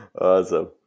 Awesome